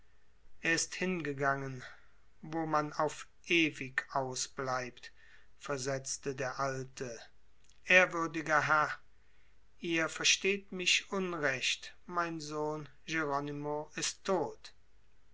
er ist hingegangen wo man auf ewig ausbleibt versetzte der alte ehrwürdiger herr ihr versteht mich unrecht mein sohn jeronymo ist tot